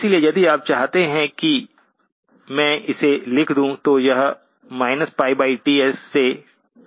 इसलिए यदि आप चाहते हैं कि मैं इसे लिख दूं तो यह πTs से πTs हो जाएगा